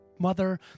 Mother